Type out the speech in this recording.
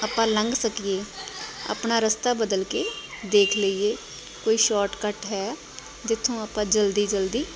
ਆਪਾਂ ਲੰਘ ਸਕੀਏ ਆਪਣਾ ਰਸਤਾ ਬਦਲ ਕੇ ਦੇਖ ਲਈਏ ਕੋਈ ਸ਼ੋਟਕੱਟ ਹੈ ਜਿੱਥੋਂ ਆਪਾਂ ਜਲਦੀ ਜਲਦੀ